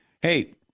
hey